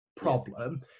problem